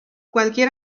cualquier